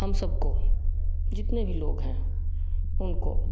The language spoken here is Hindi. हम सबको जितने भी लोग हैं उनको